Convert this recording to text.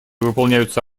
выполняются